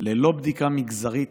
ללא בדיקה מגזרית